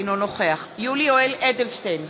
אינו נוכח יולי יואל אדלשטיין,